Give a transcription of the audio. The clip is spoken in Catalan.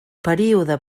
període